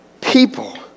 people